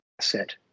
asset